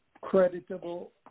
creditable